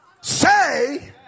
say